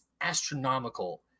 Astronomical